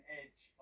edge